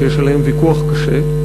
שיש עליהן ויכוח קשה,